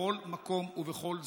בכל מקום ובכל זמן: